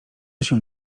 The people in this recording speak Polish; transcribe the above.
się